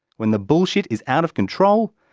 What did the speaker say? when the bullshit is out of control,